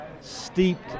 steeped